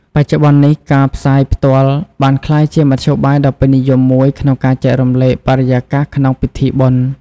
បច្ចុប្បន្ននេះ ការផ្សាយផ្ទាល់បានក្លាយជាមធ្យោបាយដ៏ពេញនិយមមួយក្នុងការចែករំលែកបរិយាកាសក្នុងពិធីបុណ្យ។